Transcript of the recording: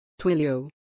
twilio